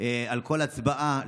על כל הצבעה,